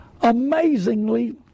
Amazingly